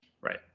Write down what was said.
Right